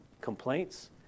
complaints